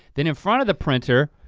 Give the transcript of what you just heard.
then in front of the printer,